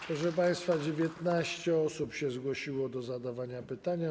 Proszę państwa, 19 osób się zgłosiło do zadawania pytań.